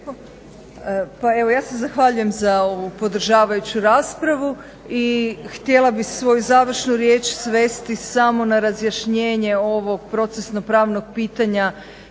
Pa evo ja se zahvaljujem za ovu podržavajuću raspravu i htjela bih svoju završnu riječ svesti samo na razrješenje ovog procesno-pravnog pitanja